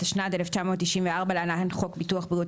התשנ"ד 1994 (להלן-חוק ביטוח בריאות